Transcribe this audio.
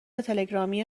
تلگرامی